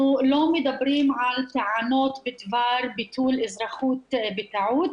אנחנו לא מדברים על טענות בדבר ביטול אזרחות בטעות,